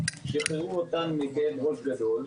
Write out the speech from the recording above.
שחררו אותנו מכאב ראש גדול,